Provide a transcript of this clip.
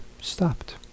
stopped